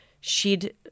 shed